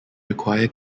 require